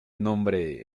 nombre